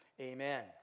amen